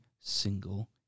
single